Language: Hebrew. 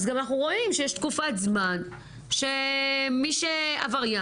אז גם אנחנו רואים שיש תקופת זמן שמי שעבריין,